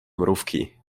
mrówki